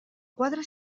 quadre